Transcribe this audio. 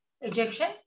Egyptian